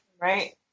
right